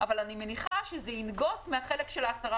אבל אני מניחה שזה ינגוס מהחלק של ה-10%.